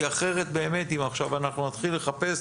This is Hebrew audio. כי אחרת באמת אם עכשיו אנחנו נתחיל לחפש